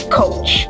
coach